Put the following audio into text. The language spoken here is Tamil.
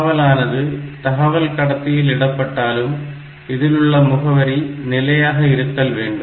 தகவலானது தகவல் கடத்தியில் இடப்பட்டாலும் இதில் உள்ள முகவரி நிலையாக இருத்தல் வேண்டும்